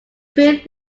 proof